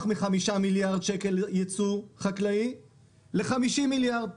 מחמישה מיליארד שקל יצוא חקלאי ל-50 מיליארד.